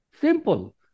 Simple